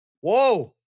Whoa